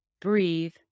breathe